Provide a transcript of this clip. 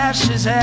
Ashes